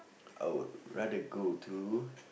I would rather go to